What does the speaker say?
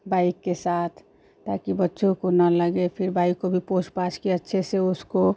bike के साथ ताकि बच्चों को न लगे फिर बाइक़ को भी पोंछ पाछकर अच्छे से उसको